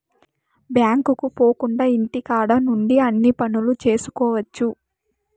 బ్యాంకుకు పోకుండా ఇంటికాడ నుండి అన్ని పనులు చేసుకోవచ్చు